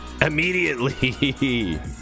immediately